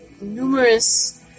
numerous